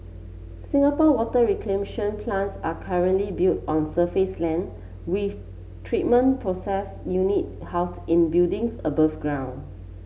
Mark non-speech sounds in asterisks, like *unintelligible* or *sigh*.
Singapore water *unintelligible* plants are currently built on surface land with treatment process unit house in buildings above ground